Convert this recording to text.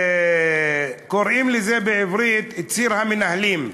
קוראים לזה בעברית "ציר המנהלים".